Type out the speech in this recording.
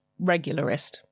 regularist